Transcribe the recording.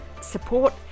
support